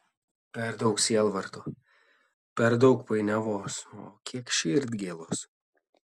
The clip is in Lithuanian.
per daug sielvarto per daug painiavos o kiek širdgėlos